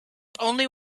only